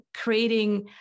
creating